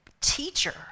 teacher